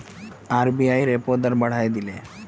RBI repo दर बढ़ाए दिले